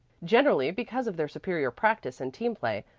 generally because of their superior practice and team play,